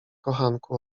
kochanku